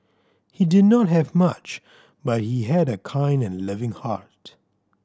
he did not have much but he had a kind and loving heart